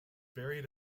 buried